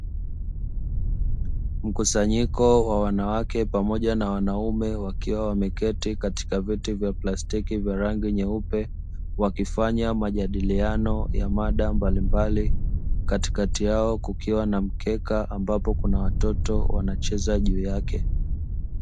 Mkusanyiko wa wanawake pamoja na wanaume wakiwa wameketi katika viti vya plastiki vya rangi nyeupe, wakifanya majadiliano ya mada mbalimbali katikati yao kukiwa na mkeka ambapo kuna watoto wanacheza juu yake.